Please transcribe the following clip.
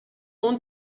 اون